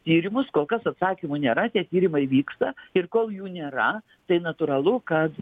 tyrimus kol kas atsakymų nėra tie tyrimai vyksta ir kol jų nėra tai natūralu kad